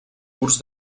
curs